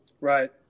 Right